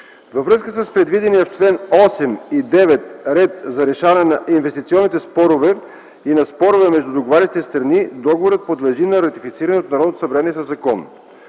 Във връзка с предвидения в членове 8 и 9 ред за решаване на инвестиционните спорове и на спорове между договарящите се страни договорът подлежи на ратифициране от Народното събрание със закон.